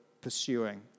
pursuing